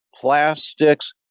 plastics